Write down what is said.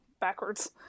backwards